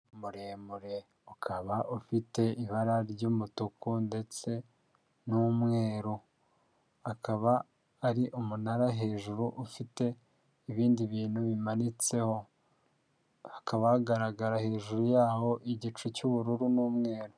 umunara muremure ukaba ufite ibara ry'umutuku ndetse n'umweru, akaba ari umunara hejuru ufite ibindi bintu bimanitseho, hakaba hagaragara hejuru yaho igicu cy'ubururu n'umweru.